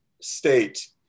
state